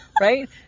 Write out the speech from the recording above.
Right